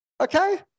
okay